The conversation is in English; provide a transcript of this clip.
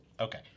Okay